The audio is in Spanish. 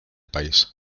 país